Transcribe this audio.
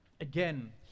Again